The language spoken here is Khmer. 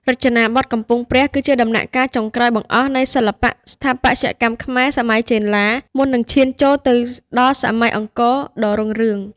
រចនាបថកំពង់ព្រះ គឺជាដំណាក់កាលចុងក្រោយបង្អស់នៃសិល្បៈស្ថាបត្យកម្មខ្មែរសម័យចេនឡា មុននឹងឈានចូលដល់សម័យអង្គរដ៏រុងរឿង។